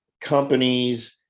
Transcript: companies